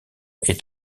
est